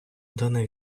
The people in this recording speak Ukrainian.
даних